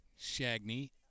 Shagney